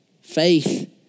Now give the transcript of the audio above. faith